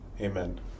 Amen